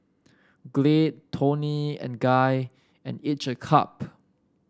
Glade Toni and Guy and each a cup